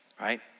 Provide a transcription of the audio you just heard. right